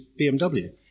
BMW